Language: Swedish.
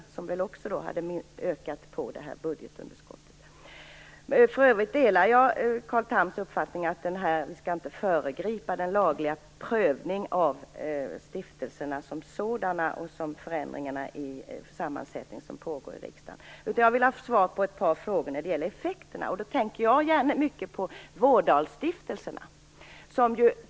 Det hade väl också ökat budgetunderskottet. För övrigt delar jag Carl Thams uppfattning att vi inte skall föregripa den lagliga prövning som pågår i riksdagen av stiftelserna som sådana och av förändringar i deras sammansättning. Vad jag vill ha svar på är ett par frågor som gäller effekterna. Jag tänker t.ex. på Vårdalstiftelserna.